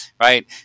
right